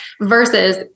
Versus